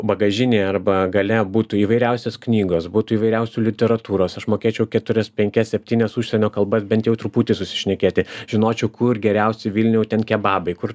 bagažinėje arba gale būtų įvairiausios knygos būtų įvairiausių literatūros aš mokėčiau keturias penkias septynias užsienio kalbas bent jau truputį susišnekėti žinočiau kur geriausi vilniau ten kebabai kur